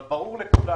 אבל ברור לכולם